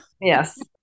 Yes